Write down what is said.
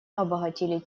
обогатили